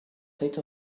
state